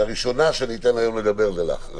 שהראשונה שאני אתן לה היום לדבר זה לך.